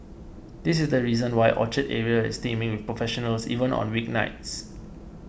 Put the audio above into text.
this is the reason why Orchard area is teeming with professionals even on week nights